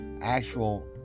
actual